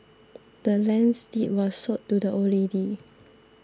the land's deed was sold to the old lady